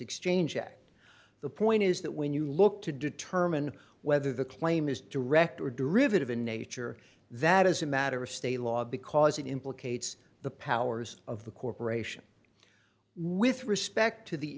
exchange at the point is that when you look to determine whether the claim is direct or derivative in nature that is a matter of state law because it implicates the powers of the corporation with respect to the